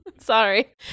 Sorry